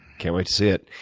can't wait to see it.